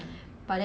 trials on